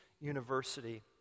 university